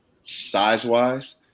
size-wise